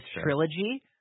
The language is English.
trilogy